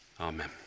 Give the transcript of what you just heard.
Amen